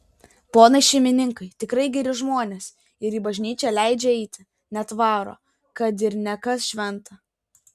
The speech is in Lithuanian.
ponai šeimininkai tikrai geri žmonės ir į bažnyčią leidžia eiti net varo kad ir ne kas šventą